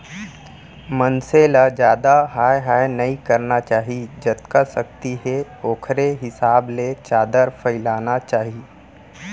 मनसे ल जादा हाय हाय नइ करना चाही जतका सक्ति हे ओखरे हिसाब ले चादर फइलाना चाही